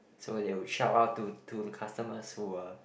so they would shout out to to the customers who were